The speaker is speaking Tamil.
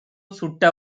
சுட்ட